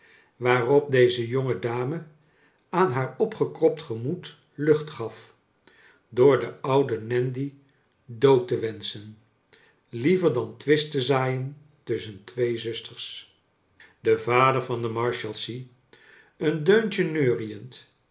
waarop deze jonge dame aan haar opgekropt gemoed lucht gaf door den ouden nandy dood te wenschen liever dan twist te zaaien tusschen twee zusters de vader van de marshalsea een deuntje neuriend